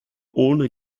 ohne